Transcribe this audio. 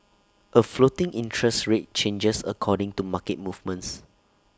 A floating interest rate changes according to market movements